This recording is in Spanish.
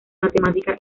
matemática